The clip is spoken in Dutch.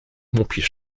mopjes